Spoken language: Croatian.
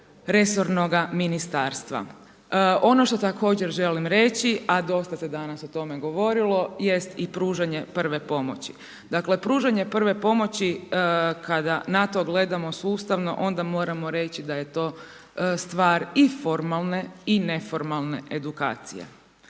resornoga ministarstva. Ono što također želim reći, a dosta se danas o tome govorilo jest i pružanje prve pomoći. Dakle pružanje prve pomoći kada na to gledamo sustavno, onda moramo reći da je to i stvar i formalne i neformalne edukacije.